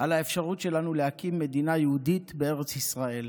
על האפשרות שלנו להקים מדינה יהודית בארץ ישראל,